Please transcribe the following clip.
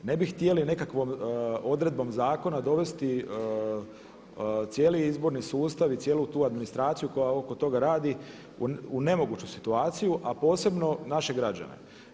Ne bi htjeli nekakvom odredbom zakona dovesti cijeli izborni sustav i cijelu tu administraciju koja oko toga radi u nemoguću situaciju, a posebno naše građane.